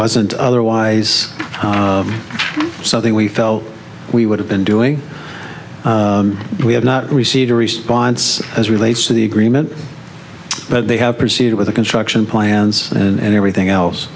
wasn't otherwise something we felt we would have been doing we have not received a response as relates to the agreement but they have proceeded with the construction plans and everything else